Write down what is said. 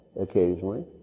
occasionally